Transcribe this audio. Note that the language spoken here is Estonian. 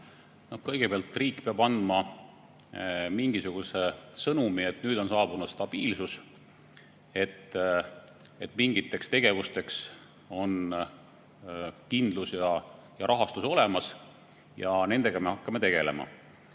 Kõigepealt, riik peab andma mingisuguse sõnumi, et nüüd on saabunud stabiilsus, et mingiteks tegevusteks on kindlus ja rahastus olemas ja nendega me hakkame tegelema.